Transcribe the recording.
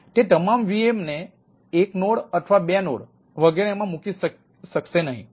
તેથી તે તમામ વીએમને 1 નોડ અથવા 2 નોડ વગેરેમાં મૂકી શકશે નહીં